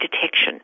detection